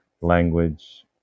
language